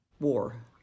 War